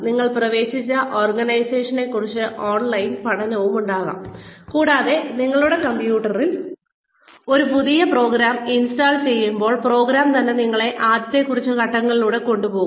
നിങ്ങൾ പ്രവേശിച്ച ഓർഗനൈസേഷനെക്കുറിച്ച് ഓൺലൈൻ പഠനമുണ്ടാകാം കൂടാതെ നിങ്ങളുടെ കമ്പ്യൂട്ടറിൽ ഒരു പുതിയ പ്രോഗ്രാം ഇൻസ്റ്റാൾ ചെയ്യുമ്പോൾ പ്രോഗ്രാം തന്നെ നിങ്ങളെ ആദ്യത്തെ കുറച്ച് ഘട്ടങ്ങളിലൂടെ കൊണ്ടുപോകുന്നു